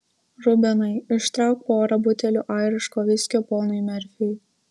rubenai ištrauk porą butelių airiško viskio ponui merfiui